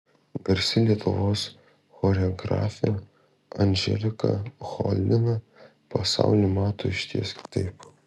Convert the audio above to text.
garsi lietuvos choreografė anželika cholina pasaulį mato išties kitaip